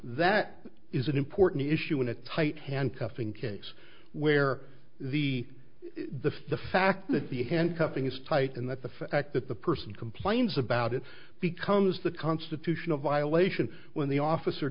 that is an important issue in a tight handcuffing case where the the fact that the handcuffing is tight and that the fact that the person complains about it becomes the constitutional violation when the officer